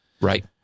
Right